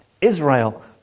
Israel